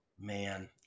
Man